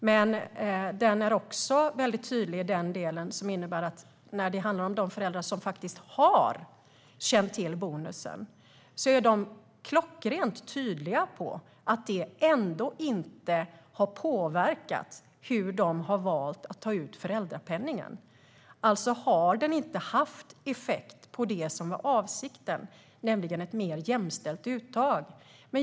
Men de föräldrar som faktiskt har känt till bonusen är klockrent tydliga med att det ändå inte har påverkat hur de har valt att ta ut föräldrapenningen. Alltså har den inte haft den effekt som var avsikten, nämligen ett mer jämställt uttag.